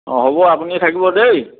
অঁ হ'ব আপুনি থাকিব দেই